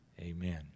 Amen